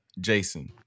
Jason